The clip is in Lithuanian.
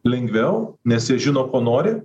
lengviau nes jie žino ko nori